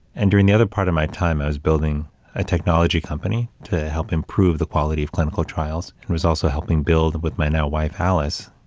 and during the other part of my time, i was building a technology company to help improve the quality of clinical trials and was also helping build with my now wife, alice,